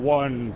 one